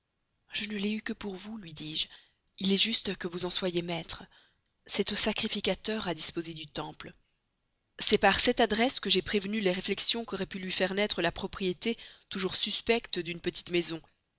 je ne l'ai eue que pour vous lui dis-je il est juste que vous en soyez maître c'est au sacrificateur à disposer du temple c'est par cette adresse que j'ai prévenu les réflexions qu'aurait pu lui faire naître la propriété toujours suspecte d'une petite maison